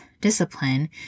discipline